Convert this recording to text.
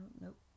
Nope